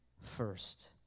First